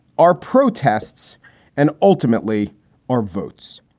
our protests and ultimately our votes